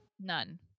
None